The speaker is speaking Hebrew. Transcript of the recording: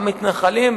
המתנחלים,